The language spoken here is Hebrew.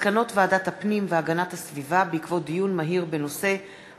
ועל מסקנות ועדת הפנים והגנת הסביבה בעקבות דיון מהיר בהצעתו